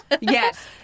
Yes